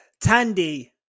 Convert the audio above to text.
Tandy